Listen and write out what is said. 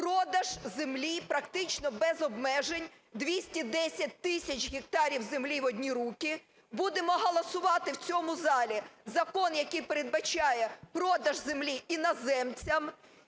продаж землі, практично без обмежень, 210 тисяч гектарів землі в одні руки, будемо голосувати в цьому залі закон, який передбачає продаж землі іноземцям,